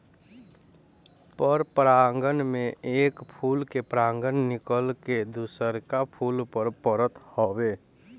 परपरागण में एक फूल के परागण निकल के दुसरका फूल पर परत हवे